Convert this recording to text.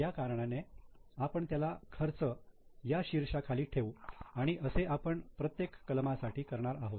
त्या कारणाने आपण त्याला 'खर्च' या शीर्षाखाली ठेवू आणि असे आपण प्रत्येक कलमासाठी करणार आहोत